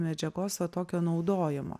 medžiagos va tokio naudojimo